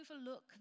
overlook